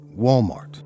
Walmart